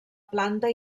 planta